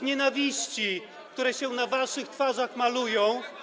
nienawiści, które się na waszych twarzach malują.